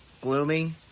gloomy